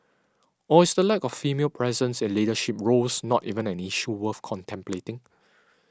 or is the lack of female presence in leadership roles not even an issue worth contemplating